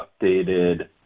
updated